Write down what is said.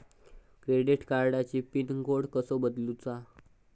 Credit कार्डची pin code कसो बदलुचा?